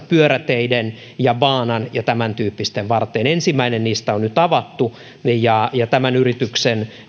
pyöräteiden baanan ja tämäntyyppisten varteen ensimmäinen niistä on nyt avattu ja ja tämän yrityksen